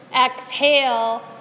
Exhale